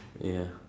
ya